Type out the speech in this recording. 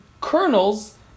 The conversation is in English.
kernels